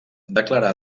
declarà